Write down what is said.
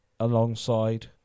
alongside